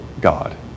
God